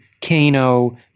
Kano